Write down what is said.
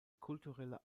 kulturelle